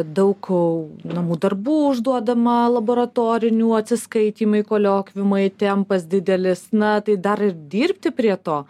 daug namų darbų užduodama laboratorinių atsiskaitymai koliokviumai tempas didelis na tai dar ir dirbti prie to